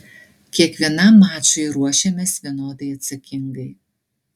kiekvienam mačui ruošiamės vienodai atsakingai